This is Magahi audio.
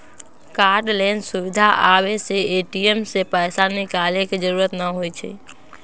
कार्डलेस सुविधा आबे से ए.टी.एम से पैसा निकाले के जरूरत न होई छई